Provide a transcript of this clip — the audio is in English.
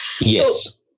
Yes